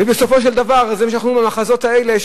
ובסופו של דבר המחזות האלה,